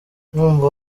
ndumva